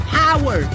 power